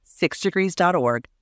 sixdegrees.org